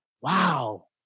wow